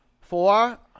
four